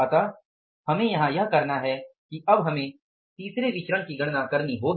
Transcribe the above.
इसलिए हमें यहां यह करना है कि अब हमें तीसरे विचरण की गणना करनी होगी